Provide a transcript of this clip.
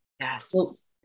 Yes